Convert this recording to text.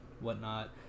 whatnot